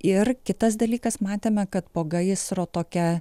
ir kitas dalykas matėme kad po gaisro tokia